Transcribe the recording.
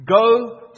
Go